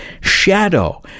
shadow